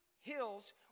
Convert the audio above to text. hills